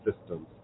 systems